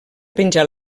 penjar